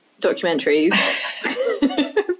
documentaries